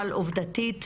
עובדתית,